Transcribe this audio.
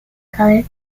color